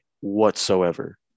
whatsoever